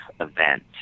event